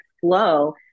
flow